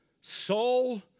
soul